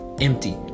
empty